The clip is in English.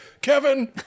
Kevin